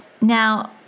Now